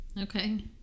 okay